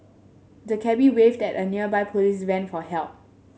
the cabby waved at a nearby police van for help